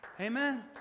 Amen